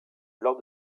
lors